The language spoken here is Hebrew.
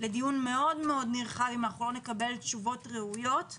אם אנחנו לא נקבל תשובות ראויות.